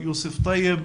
יוסף טייב,